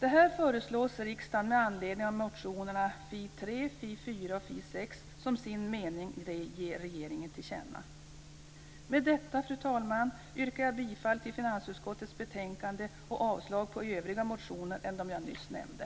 Detta föreslås riksdagen med anledning av motionerna Fi3, Fi4 och Fi6 som sin mening ge regeringen till känna. Med detta, fru talman, yrkar jag bifall till hemställan i finansutskottets betänkande och avslag på övriga motioner än de ovan nämnda.